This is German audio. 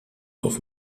auf